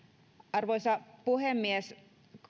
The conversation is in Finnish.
arvoisa puhemies